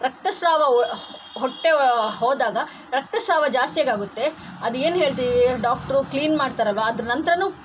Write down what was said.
ರಕ್ತ ಸ್ರಾವ ಹೊಟ್ಟೆ ಹೋದಾಗ ರಕ್ತ ಸ್ರಾವ ಜಾಸ್ತಿಯಾಗಿ ಆಗುತ್ತೆ ಅದು ಏನು ಹೇಳ್ತೀವಿ ಡಾಕ್ಟ್ರು ಕ್ಲೀನ್ ಮಾಡ್ತಾರಲ್ವ ಅದ್ರ ನಂತರನೂ